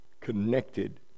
connected